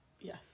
yes